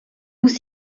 muss